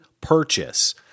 purchase